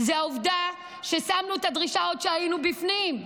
זה העובדה ששמנו את הדרישה, עוד כשהיינו בפנים,